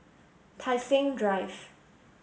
Tai Seng Drive